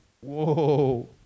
Whoa